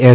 S